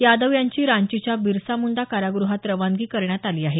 यादव यांची रांचीच्या बिरसा मुंडा कारागृहात रवानगी करण्यात आली आहे